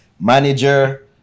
manager